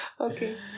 Okay